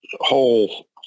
whole